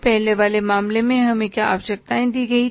पहले वाले मामले में हमें क्या आवश्यकताएं दी गई थी